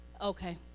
Okay